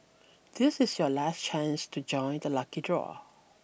this is your last chance to join the lucky draw